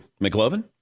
McLovin